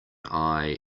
eye